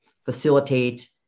Facilitate